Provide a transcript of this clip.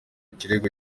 kirego